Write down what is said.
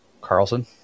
Carlson